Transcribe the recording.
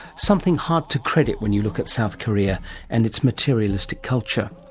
something hard to credit when you look at south korea and its materialistic culture.